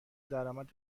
درآمد